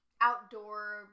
outdoor